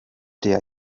der